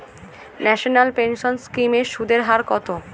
National pension scheme এর সুদের হার কত?